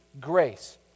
grace